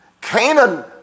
Canaan